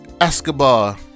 Escobar